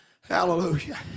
Hallelujah